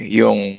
yung